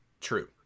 True